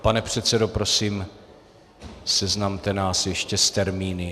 Pane předsedo, prosím, seznamte nás ještě s termíny.